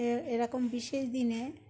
এরকম বিশেষ দিনে